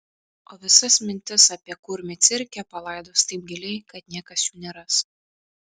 o visas mintis apie kurmį cirke palaidos taip giliai kad niekas jų neras